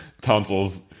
tonsils